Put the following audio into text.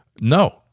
No